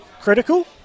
critical